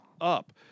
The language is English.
up